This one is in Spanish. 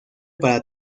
para